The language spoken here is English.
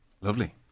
Lovely